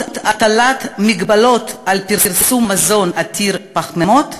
הטלת הגבלות על פרסום מזון עתיר פחמימות,